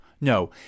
No